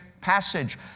passage